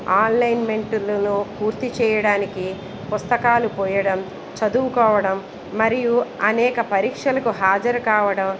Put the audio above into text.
online మెంటులోనూ పూర్తి చేయడానికి పుస్తకాలు పోయడం చదువుకోవడం మరియు అనేక పరీక్షలకు హాజరు కావడం